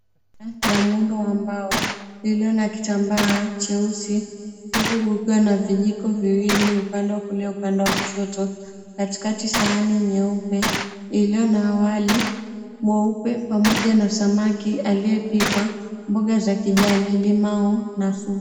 Ya muundo wa mbao iliyo na kitamba cheusi huku kukiwa na vijiko viwili upande wa kulia upande wa kushoto. Katikati sahani nyeupe iliyo na wali mweupe pamoja na samaki aliyepikwa, mboga za kijani, limau na supu.